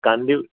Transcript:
Kandivali